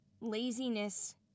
laziness